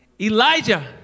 Elijah